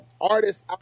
artists